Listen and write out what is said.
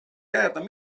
jääda